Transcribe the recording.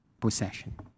possession